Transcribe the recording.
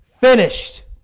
finished